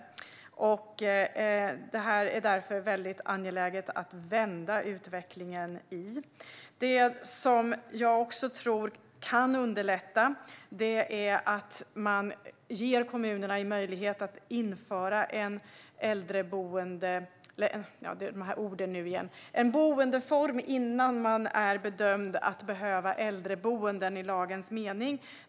Det är därför angeläget att vända utvecklingen på detta område. Jag tror också att det skulle kunna underlätta om man ger kommunerna möjlighet att införa en boendeform för personer som ännu inte bedöms behöva äldreboende i lagens mening.